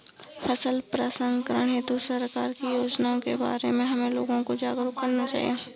फसल प्रसंस्करण हेतु सरकार की योजनाओं के बारे में हमें लोगों को जागरूक करना चाहिए